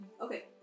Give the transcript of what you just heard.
Okay